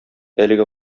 әлеге